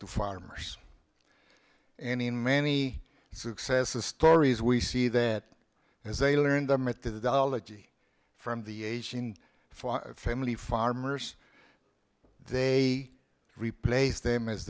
to farmers and in many success stories we see that as they learn their methodology from the asian family farmers they replace them as